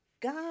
God